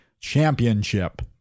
championship